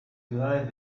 ciudades